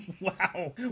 Wow